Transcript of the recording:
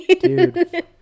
dude